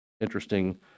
interesting